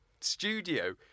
studio